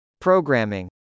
Programming